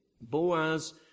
Boaz